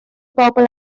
bobl